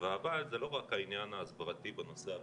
והאבל זה לא רק העניין ההסברתי בנושא הבריאותי,